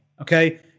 Okay